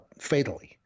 fatally